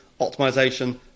optimization